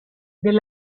del